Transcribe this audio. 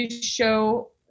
show